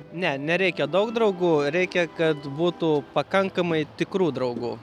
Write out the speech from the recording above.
ne nereikia daug draugų reikia kad būtų pakankamai tikrų draugų